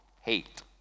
hate